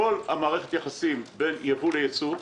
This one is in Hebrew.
לגבי כל מערכת היחסים בין ייבוא לייצוא.